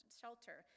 shelter